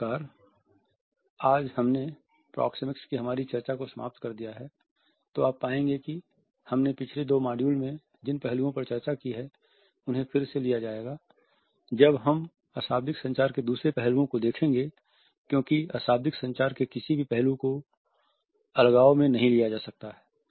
इस प्रकार आज हमने प्रोक्सेमिक्स की हमारी चर्चा को समाप्त कर दिया है तो आप पाएंगे कि हमने पिछले दो मॉड्यूल में जिन पहलुओं पर चर्चा की है उन्हें फिर से लिया जाएगा जब हम अशाब्दिक संचार के दूसरे पहलुओं को देखेंगे क्योंकि अशाब्दिक संचार के किसी भी पहलू को अलगाव में नहीं लिया जा सकता है